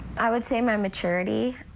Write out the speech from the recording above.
i would say my maturity